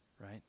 right